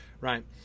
right